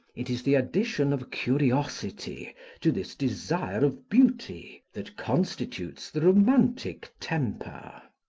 it is the addition of curiosity to this desire of beauty, that constitutes the romantic temper.